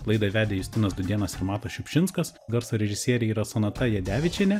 laidą vedė justinas dūdėnas ir matas šiupšinskas garso režisierė yra sonata jadevičienė